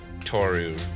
Toru